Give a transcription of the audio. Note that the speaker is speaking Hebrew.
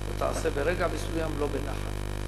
אתה תעשה ברגע מסוים לא בנחת,